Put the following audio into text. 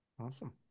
awesome